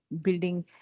building